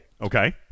Okay